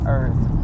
earth